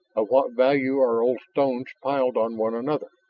of what value are old stones piled on one another?